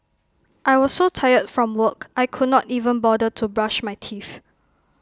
I was so tired from work I could not even bother to brush my teeth